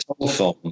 telephone